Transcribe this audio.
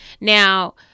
Now